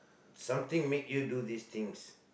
something make you do these things